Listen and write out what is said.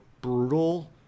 brutal